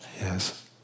Yes